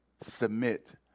submit